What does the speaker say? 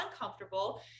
uncomfortable